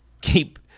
keep